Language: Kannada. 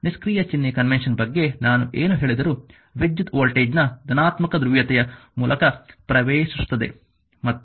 ನಿಷ್ಕ್ರಿಯ ಚಿಹ್ನೆ ಕನ್ವೆನ್ಷನ್ ಬಗ್ಗೆ ನಾನು ಏನು ಹೇಳಿದರೂ ವಿದ್ಯುತ್ ವೋಲ್ಟೇಜ್ನ ಧನಾತ್ಮಕ ಧ್ರುವೀಯತೆಯ ಮೂಲಕ ಪ್ರವೇಶಿಸುತ್ತದೆ